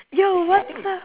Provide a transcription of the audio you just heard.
yo what's up